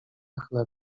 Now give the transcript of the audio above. chleb